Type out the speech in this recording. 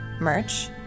merch